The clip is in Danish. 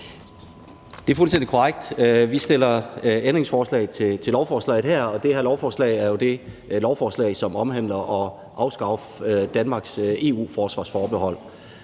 Det er fuldstændig korrekt, at vi stiller ændringsforslag til lovforslaget. Det her lovforslag er jo det lovforslag, som handler om at afskaffe Danmarks EU-forsvarsforbehold.